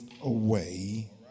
away